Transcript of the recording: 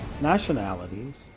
nationalities